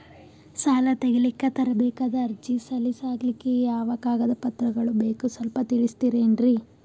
ಸಾಲ ತೆಗಿಲಿಕ್ಕ ತರಬೇಕಾದ ಅರ್ಜಿ ಸಲೀಸ್ ಆಗ್ಲಿಕ್ಕಿ ಯಾವ ಕಾಗದ ಪತ್ರಗಳು ಬೇಕು ಸ್ವಲ್ಪ ತಿಳಿಸತಿರೆನ್ರಿ?